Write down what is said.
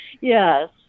Yes